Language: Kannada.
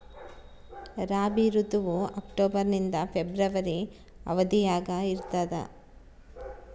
ರಾಬಿ ಋತುವು ಅಕ್ಟೋಬರ್ ನಿಂದ ಫೆಬ್ರವರಿ ಅವಧಿಯಾಗ ಇರ್ತದ